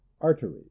artery